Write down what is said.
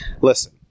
Listen